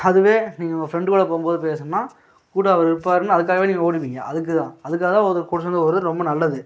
அதுவே நீங்கள் உங்கள் ஃப்ரெண்டு கூட போகும்போது பேசினா கூட அவர் இருப்பாருன்னு அதுக்காவே நீங்கள் ஓடுவீங்க அதுக்கு தான் அதுக்காக தான் ஒருத்தர் கூட சேர்ந்து ஓடுறது ரொம்ப நல்லது